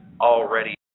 already